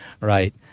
right